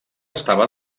estava